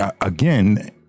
again